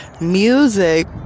music